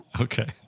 Okay